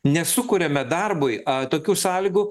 nesukuriame darbui a tokių sąlygų